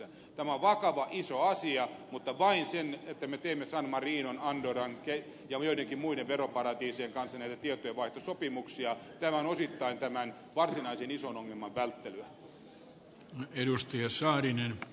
tämä on vakava iso asia mutta se että me vain teemme san marinon andorran ja joidenkin muiden veroparatiisien kanssa näitä tietojenvaihtosopimuksia on osittain tämän varsinaisen ison ongelman välttelyä